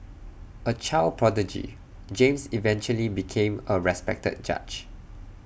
A child prodigy James eventually became A respected judge